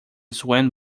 swan